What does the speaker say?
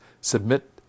submit